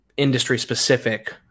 industry-specific